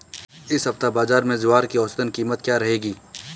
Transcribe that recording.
इस सप्ताह बाज़ार में ज्वार की औसतन कीमत क्या रहेगी?